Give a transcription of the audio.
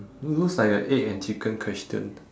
lo~ looks like a egg and chicken question